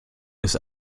ist